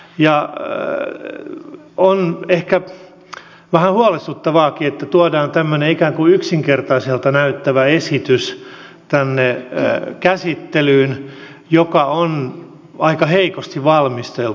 on ehkä vähän huolestuttavaakin että tuodaan tänne käsittelyyn tämmöinen ikään kuin yksinkertaiselta näyttävä esitys joka on aika heikosti valmisteltu